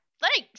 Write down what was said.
thanks